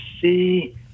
see